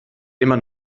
immer